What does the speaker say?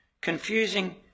confusing